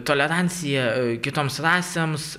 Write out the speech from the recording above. tolerancija kitoms rasėms